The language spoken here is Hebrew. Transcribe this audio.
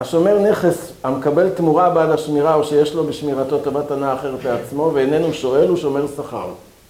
השומר נכס המקבל תמורה בעד השמירה או שיש לו בשמירתו טובת הנאה אחרת לעצמו ואיננו שואל הוא שומר סחר.